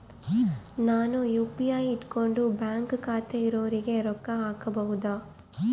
ನಾನು ಯು.ಪಿ.ಐ ಇಟ್ಕೊಂಡು ಬ್ಯಾಂಕ್ ಖಾತೆ ಇರೊರಿಗೆ ರೊಕ್ಕ ಹಾಕಬಹುದಾ?